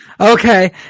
okay